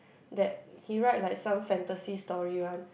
that he write like some fantasy story one